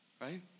right